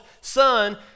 son